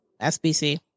SBC